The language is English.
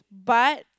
but